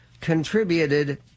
contributed